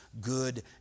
good